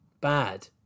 bad